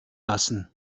lassen